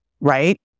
right